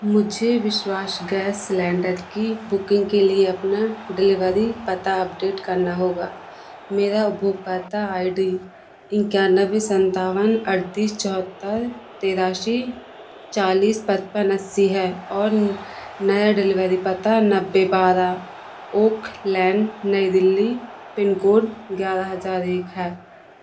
मुझे विश्वास gas cylinder की बुकिंग के लिए अपना डिलीभरी पता अपडेट करना होगा मेरा उपभोक्ता आई डी इक्यानबे संत्तावन अड़तीस चौहत्तर तिरासी चालिस पचपन अस्सी है और मैं डिलीभरी पता नब्बे बारह ओखलेन नई दिल्ली पिन कोड़ ग्यारह हजार एक है